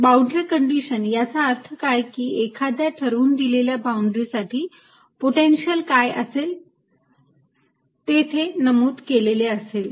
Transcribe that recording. boundary condition याचा अर्थ काय की एखाद्या ठरवून दिलेल्या बाउंड्री साठी पोटेन्शिअल काय असेल तेथे नमूद केलेले असेल